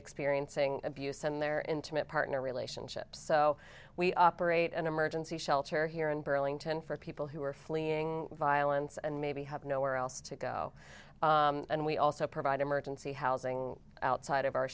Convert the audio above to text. experiencing abuse and their intimate partner relationships so we operate an emergency shelter here in burlington for people who are fleeing violence and maybe have nowhere else to go and we also provide emergency housing outside of our